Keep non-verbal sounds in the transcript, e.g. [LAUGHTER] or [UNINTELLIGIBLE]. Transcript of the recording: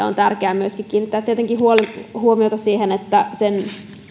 [UNINTELLIGIBLE] on tietenkin tärkeää myöskin kiinnittää huomiota siihen että sen